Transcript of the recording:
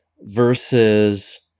versus